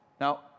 Now